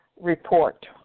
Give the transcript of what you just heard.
report